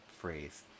phrase